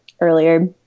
earlier